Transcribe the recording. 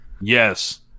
Yes